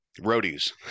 Roadies